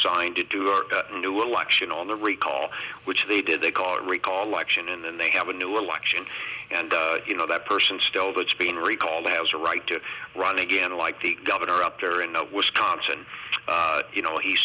signed to do a new election on the recall which they did they call recall election and then they have a new election and you know that person still that's been recall as a right to run again like the governor up there in a wisconsin you know he